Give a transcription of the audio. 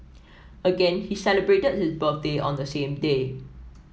again he celebrated his birthday on the same day